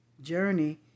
journey